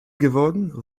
geworden